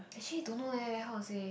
actually don't know leh how to say